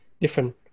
different